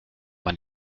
man